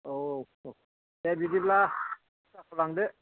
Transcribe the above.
औ औ दे बिदिब्ला दस्राखौ लांदो